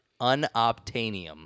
Unobtainium